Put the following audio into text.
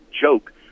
joke